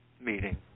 meeting